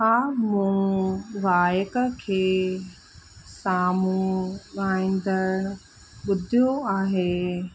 हा मूं गायक खे साम्हूं ॻाईंदड़ ॿुधियो आहे